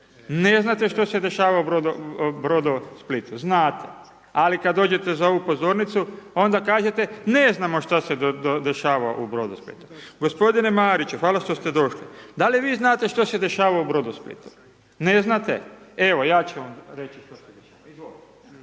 Ne znate što se dešava u Brodosplitu, znate, ali kad dođete za ovu pozornicu onda kažete ne znamo što se dešava u Brodosplitu. Gospodine Mariću hvala što ste došli, da li vi znate što se dešava u Brodosplitu?, ne znate?, evo ja ću vam reći što se dešava. Izvolite.